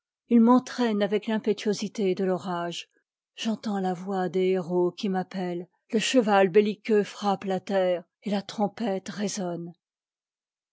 il m'entrame avec l'impétuosité de l'orage j'entends la voix des héros qui m'appelle le cheval belliqueux frappe la terre et la trompette résonne